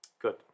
good